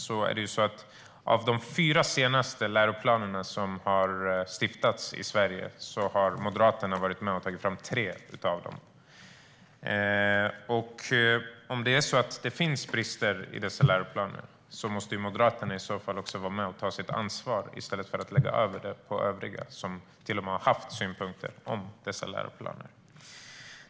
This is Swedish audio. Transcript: Det är ju så att av de fyra senaste läroplanerna som har utfärdats i Sverige har Moderaterna varit med och tagit fram tre. Om det finns brister i dessa läroplaner måste ju Moderaterna i så fall också vara med och ta sitt ansvar i stället för att lägga över det på övriga som till och med har haft synpunkter på dessa läroplaner.